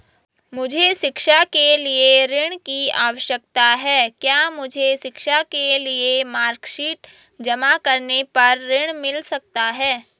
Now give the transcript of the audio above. मुझे शिक्षा के लिए ऋण की आवश्यकता है क्या मुझे शिक्षा के लिए मार्कशीट जमा करने पर ऋण मिल सकता है?